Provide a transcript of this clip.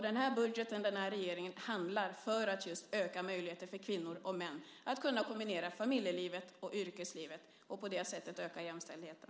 Den här regeringen med den här budgeten handlar, just för att öka möjligheter för kvinnor och män att kunna kombinera familjelivet och yrkeslivet och på det sättet öka jämställdheten.